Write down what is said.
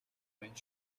байна